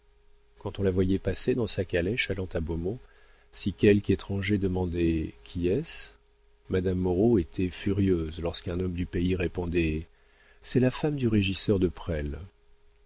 quand on la voyait passer dans sa calèche allant à beaumont si quelque étranger demandait qui est-ce madame moreau était furieuse lorsqu'un homme du pays répondait c'est la femme du régisseur de presles